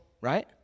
right